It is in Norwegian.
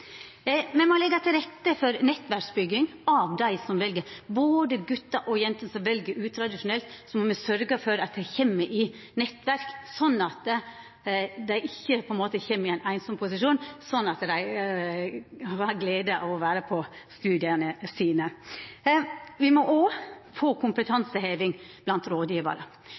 Me må leggja til rette for nettverksbygging for både dei gutane og jentene som vel utradisjonelt, og så må me sørgja for at dei kjem i nettverk, slik at dei ikkje kjem i ein einsam posisjon, men at dei har glede av å vera på studia sine. Me må òg få kompetanseheving blant